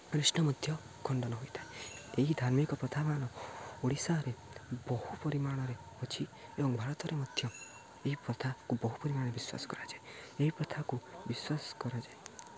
ରିଷ୍ଟ ମଧ୍ୟ ଖଣ୍ଡନ ହୋଇଥାଏ ଏହି ଧାର୍ମିକ ପ୍ରଥାମାନ ଓଡ଼ିଶାରେ ବହୁ ପରିମାଣରେ ଅଛି ଏବଂ ଭାରତରେ ମଧ୍ୟ ଏହି ପ୍ରଥାକୁ ବହୁ ପରିମାଣରେ ବିଶ୍ୱାସ କରାଯାଏ ଏହି ପ୍ରଥାକୁ ବିଶ୍ୱାସ କରାଯାଏ